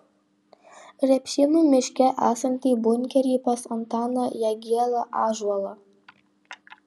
repšėnų miške esantį bunkerį pas antaną jagielą ąžuolą